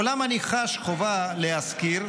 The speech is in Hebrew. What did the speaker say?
אולם אני חש חובה להזכיר,